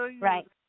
Right